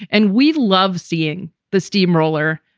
and we love seeing the steamroller.